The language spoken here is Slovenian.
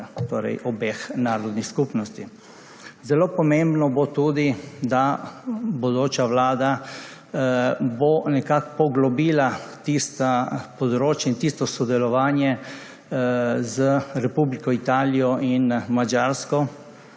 razvoj obeh narodnih skupnosti. Zelo pomembno bo tudi, da bo bodoča vlada nekako poglobila tista področja in tisto sodelovanje z Republiko Italijo in Madžarsko